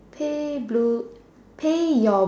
pay blue pay your